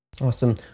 Awesome